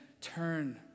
turn